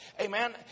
Amen